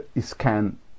scan